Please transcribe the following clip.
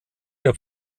der